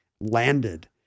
landed